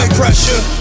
pressure